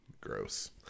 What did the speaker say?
Gross